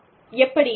எப்படி